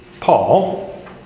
Paul